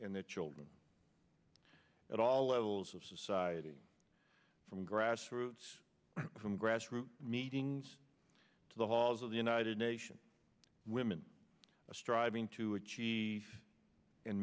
and their children at all levels of society from grass roots from grass roots meetings to the halls of the united nations women striving to achieve and